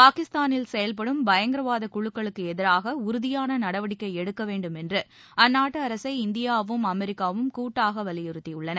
பாகிஸ்தானில் செயல்படும் பயங்கரவாத குழுக்களுக்கு எதிராக உறுதியான நடவடிக்கை எடுக்கவேண்டும் என்று அந்நாட்டு அரசை இந்தியாவும் அமெரிக்காவும் கூட்டாக வலியுறுத்தியுள்ளன